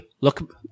Look